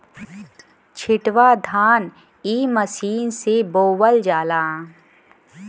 छिटवा धान इ मशीन से बोवल जाला